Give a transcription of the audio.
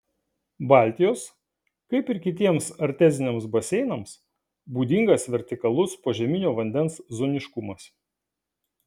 baltijos kaip ir kitiems arteziniams baseinams būdingas vertikalus požeminio vandens zoniškumas